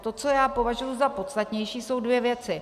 To, co já považuji za podstatnější, jsou dvě věci.